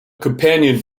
companion